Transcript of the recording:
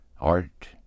art